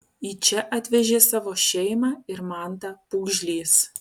į čia atvežė savo šeimą ir mantą pūgžlys